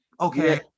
okay